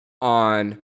on